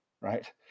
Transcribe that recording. right